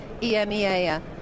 EMEA